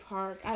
Park